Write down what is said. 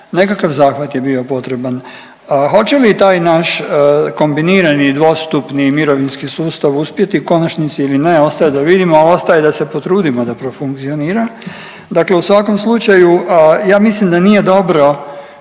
nekakav zahvat je bio potreban. Hoće li taj naš kombinirani dvostupni mirovinski sustav uspjeti u konačnici ili ne ostaje da vidimo, a ostaje da se potrudimo da profunkcionira. Dakle u svakom slučaju ja mislim da nije dobro